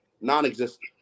non-existent